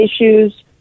issues